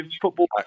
football